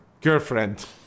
girlfriend